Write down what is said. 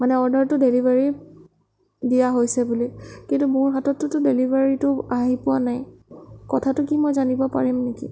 মানে অৰ্ডাৰটো ডেলিভাৰী দিয়া হৈছে বুলি কিন্তু মোৰ হাততটোতো ডেলিভাৰীটো আহি পোৱা নাই কথাটো কি মই জানিব পাৰিম নেকি